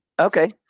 Okay